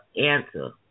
answer